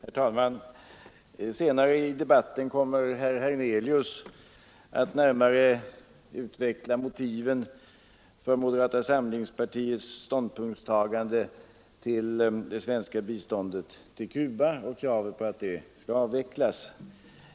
Internationellt Herr talman! Senare i debatten kommer herr Hernelius att närmare = Ufvecklings utveckla motiven för moderata samlingspartiets yrkande att det svenska biståndet till Cuba skall avvecklas.